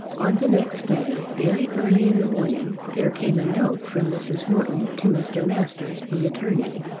on the next day, very early in the morning, there came a note from mrs. morton to mr. masters, the attorney.